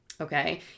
okay